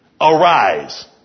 arise